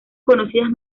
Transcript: conocidas